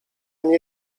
nie